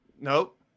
nope